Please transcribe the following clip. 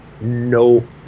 no